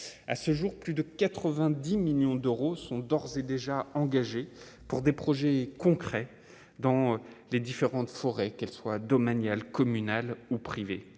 à ce jour plus de 90 millions d'euros sont d'ores et déjà engagés pour des projets concrets dans les différentes forêts qu'elle soit domanial communal ou privé